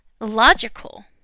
logical